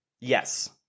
Yes